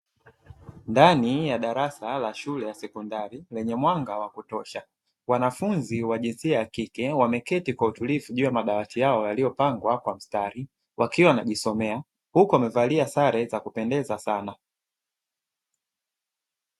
Ndani ya darasa la shule ya sekondari lenye mwanga wakutosha. Wanafunzi wa jinsia ya kike wameketi kwa utulivu juu ya madawati yao yaliyopangwa kwa mstari wakiwa wanajisomea, huku wamevalia sare zakupendeza sana.